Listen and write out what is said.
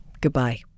goodbye